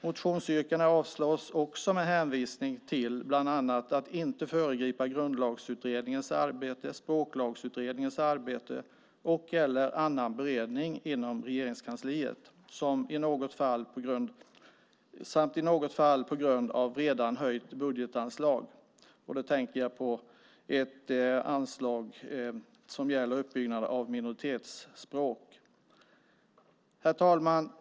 Motionsyrkandena avstyrks också med hänvisning till bland annat att man inte ska föregripa Grundlagsutredningens arbete, Språklagsutredningens arbete eller annan beredning inom Regeringskansliet. I något fall avstyrker man på grund av redan höjt budgetanslag. Då tänker jag på ett anslag som gäller uppbyggnaden av minoritetsspråk. Herr talman!